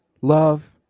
love